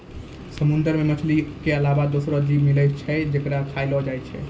समुंदर मे मछली के अलावा दोसरो जीव मिलै छै जेकरा खयलो जाय छै